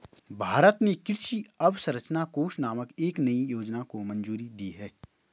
भारत ने कृषि अवसंरचना कोष नामक एक नयी योजना को मंजूरी दी है